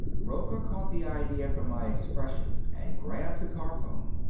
rocca caught the idea from my expression and grabbed the car phone.